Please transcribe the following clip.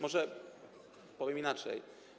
Może powiem inaczej.